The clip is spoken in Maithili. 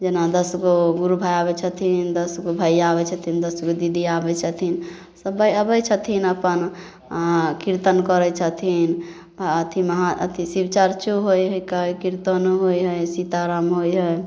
जेना दसगो गुरुभाइ आबै छथिन दसगो भइआ आबै छथिन दसगो दीदी आबै छथिन सभे आबै छथिन अपन आओर किरतन करै छथिन आओर अथीमे अहाँ अथी शिव चरचो होइ हइके किरतन होइ हइ सीताराम होइ हइ